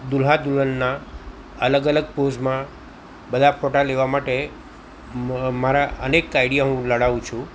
દુલ્હા દુલ્હનના અલગ અલગ પોઝમાં બધા ફોટા લેવા માટે મારા અનેક આઈડિયા હું લડાવું છું